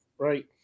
Right